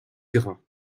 grain